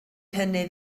hynny